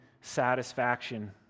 satisfaction